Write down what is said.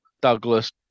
douglas